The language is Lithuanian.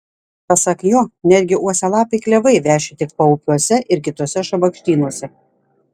pasak jo netgi uosialapiai klevai veši tik paupiuose ir kituose šabakštynuose